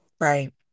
Right